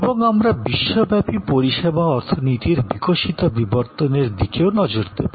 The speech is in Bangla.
এবং আমরা বিশ্বব্যাপী পরিষেবা অর্থনীতির বিকশিত বিবর্তনের দিকেও নজর দেব